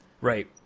Right